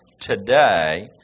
today